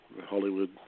Hollywood